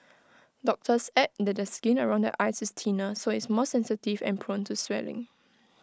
doctors add that the skin around the eyes is thinner so IT is more sensitive and prone to swelling